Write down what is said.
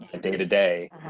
day-to-day